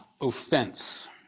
Offense